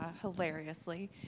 hilariously